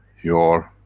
your